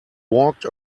walked